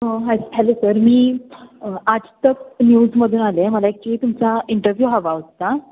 ह hello sir मी आजतक न्यूजमधून आले मला ॲक्चुअली तुमचा इंटरव्यू हवा होता